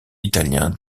italien